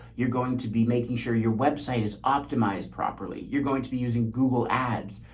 you're going to be making sure your website is optimized properly. you're going to be using google ads.